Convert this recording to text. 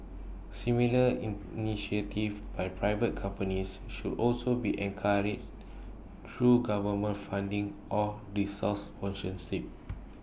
similar in initiatives by private companies should also be encouraged through government funding or resource sponsorship